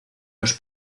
los